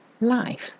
life